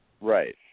Right